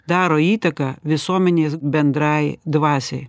daro įtaką visuomenės bendrai dvasiai